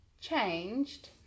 changed